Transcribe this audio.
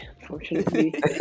unfortunately